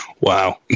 Wow